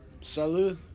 Salut